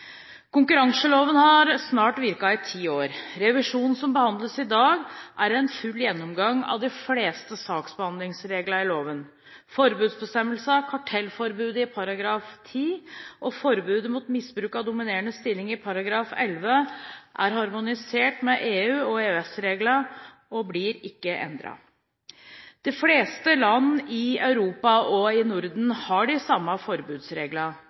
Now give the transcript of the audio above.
Konkurranseloven har snart virket i ti år. Revisjonen som behandles i dag, er en full gjennomgang av de fleste saksbehandlingsreglene i loven. Forbudsbestemmelsene – kartellforbudet i § 10 og forbudet mot misbruk av dominerende stilling i § 11 – er harmonisert med EU og EØS-reglene og blir ikke endret. De fleste land i Europa og i Norden har de samme